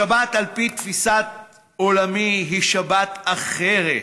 השבת על פי תפיסת עולמי היא שבת אחרת.